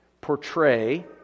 portray